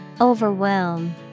Overwhelm